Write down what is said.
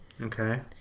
Okay